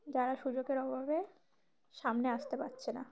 যারা সুযোগের অভাবে সামনে আসতে পারছে না